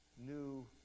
new